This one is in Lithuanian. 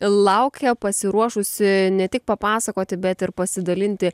laukia pasiruošusi ne tik papasakoti bet ir pasidalinti